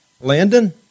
Landon